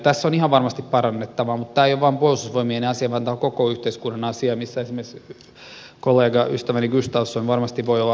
tässä on ihan varmasti parannettavaa mutta tämä ei ole vain puolustusvoimien asia vaan tämä on koko yhteiskunnan asia missä esimerkiksi kollegani ystäväni gustafsson varmasti voi olla avuksi